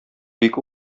бик